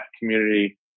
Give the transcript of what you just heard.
community